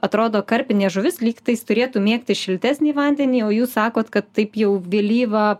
atrodo karpinė žuvis lygtais turėtų mėgti šiltesnį vandenį o jūs sakot kad taip jau vėlyvą